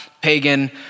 pagan